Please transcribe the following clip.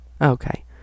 Okay